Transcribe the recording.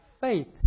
faith